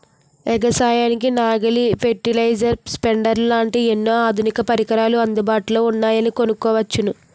ఎగసాయానికి నాగలి, fertiliser, spreaders లాంటి ఎన్నో ఆధునిక పరికరాలు అందుబాటులో ఉన్నాయని కొనుక్కొచ్చాను